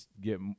get